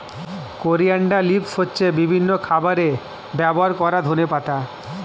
coriander leaves হচ্ছে বিভিন্ন খাবারে ব্যবহার করা ধনেপাতা